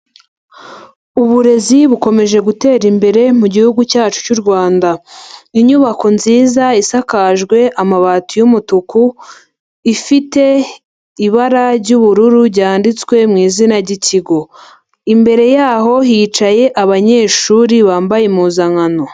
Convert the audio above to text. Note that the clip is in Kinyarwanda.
Uburezi bukomeje gutera imbere mu gihugu cyacu cy'u Rwanda. Inyubako nziza isakajwe amabati y'umutuku, ifite ibara jy'ubururu jyanditswe mu izina ry'ikigo. Imbere yaho hicaye abanyeshuri bambaye impuzankano.